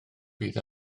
bydd